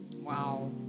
Wow